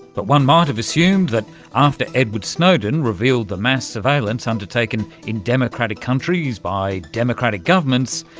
but one might've assumed that after edward snowden revealed the mass surveillance undertaken in democratic countries, by democratic governments,